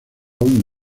aún